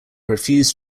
refused